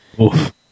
Oof